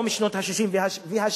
או משנות ה-60 וה-70,